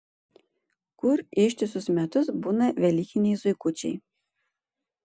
kur ištisus metus būna velykiniai zuikučiai